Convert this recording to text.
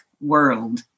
world